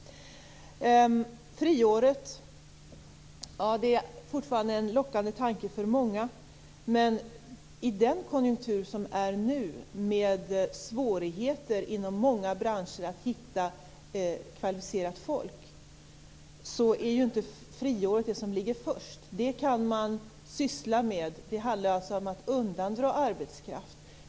Friåret är fortfarande en lockande tanke för många. Men i nuvarande konjunktur med svårigheter inom många branscher att hitta kvalificerat folk är ju inte friåret det som ligger först. Det handlar alltså om att undandra arbetskraft.